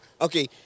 okay